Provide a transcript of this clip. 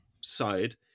side